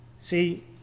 See